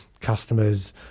customers